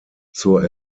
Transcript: zur